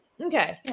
okay